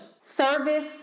service